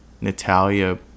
Natalia